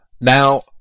now